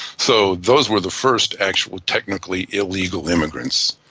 so those were the first actual technically illegal immigrants,